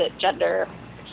gender